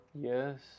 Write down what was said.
Yes